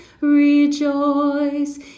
rejoice